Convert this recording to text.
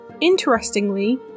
interestingly